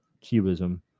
cubism